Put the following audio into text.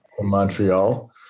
Montreal